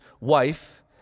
wife